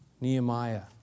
Nehemiah